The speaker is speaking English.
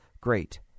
great